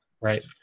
right